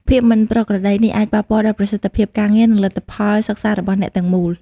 ភាពមិនប្រក្រតីនេះអាចប៉ះពាល់ដល់ប្រសិទ្ធភាពការងារ និងលទ្ធផលសិក្សារបស់អ្នកទាំងមូល។